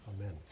Amen